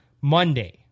Monday